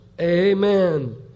Amen